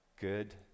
good